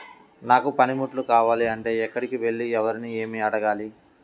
నాకు పనిముట్లు కావాలి అంటే ఎక్కడికి వెళ్లి ఎవరిని ఏమి అడగాలి?